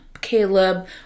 Caleb